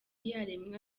yaremwa